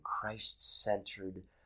Christ-centered